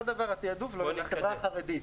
אותו דבר התעדוף לחברה החרדית.